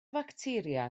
facteria